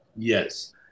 Yes